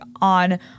on